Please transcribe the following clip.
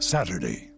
Saturday